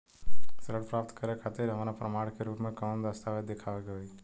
ऋण प्राप्त करे के खातिर हमरा प्रमाण के रूप में कउन से दस्तावेज़ दिखावे के होइ?